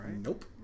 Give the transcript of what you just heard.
Nope